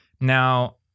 Now